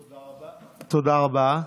תודה רבה.